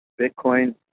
Bitcoin